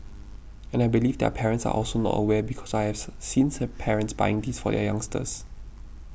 and I believe their parents are also not aware because I have seen parents buying these for their youngsters